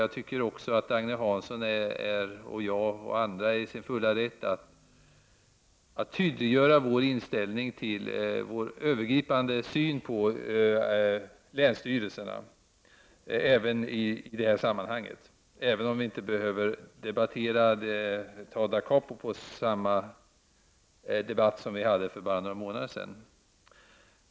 Jag anser att Agne Hansson och jag och även andra är i vår fulla rätt att tydliggöra vår övergripande syn på länsstyrelserna också i detta sammanhang utan att vi för den skull behöver få ett dacapo på den debatt som vi hade för bara några månader sedan.